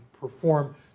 perform